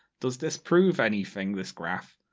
does this prove anything, this graph?